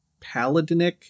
paladinic